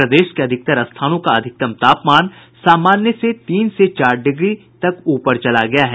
प्रदेश के अधिकतर स्थानों का अधिकतम तापमान सामान्य से तीन से चार डिग्री तक ऊपर चला गया है